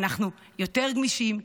אנחנו יותר גמישים,